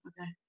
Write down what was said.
okay